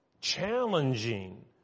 Challenging